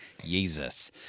Jesus